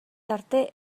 tarte